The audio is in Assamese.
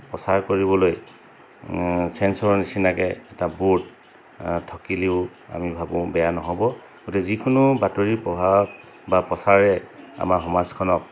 প্ৰচাৰ কৰিবলৈ চেঞ্চৰৰ নিচিনাকৈ এটা ব'ৰ্ড থকিলেও আমি ভাবোঁ বেয়া নহ'ব গতিকে যিকোনো বাতৰি প্ৰভাৱ বা প্ৰচাৰে আমাৰ সমাজখনক